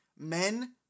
Men